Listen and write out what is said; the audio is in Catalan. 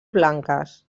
blanques